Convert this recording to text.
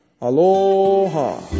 Aloha